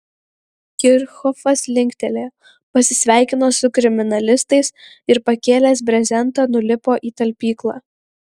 kirchhofas linktelėjo pasisveikino su kriminalistais ir pakėlęs brezentą nulipo į talpyklą